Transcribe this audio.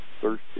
thirsty